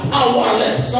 Powerless